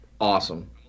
awesome